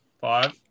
five